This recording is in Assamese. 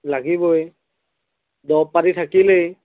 লাগিবই দৰৱ পাতি থাকিলেই